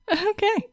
Okay